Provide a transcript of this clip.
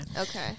Okay